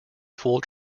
full